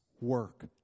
work